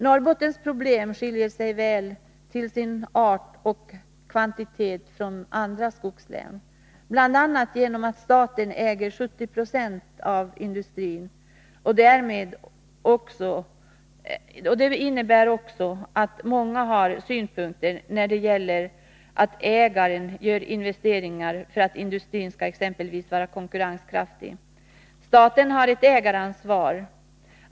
Norrbottens problem skiljer sig väl till sin art och kvantitet från förhållandena i andra skogslän, bl.a. genom att staten äger 70 920 av industrin. Det innebär att många har synpunkter när det gäller att ägaren gör investeringar för att industrin exempelvis skall vara konkurrenskraftig. Staten har ett ägaransvar.